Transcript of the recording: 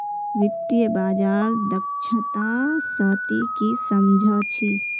वित्तीय बाजार दक्षता स ती की सम झ छि